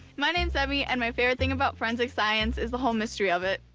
my name's emi and my favorite thing about forensic science is the whole mystery of it.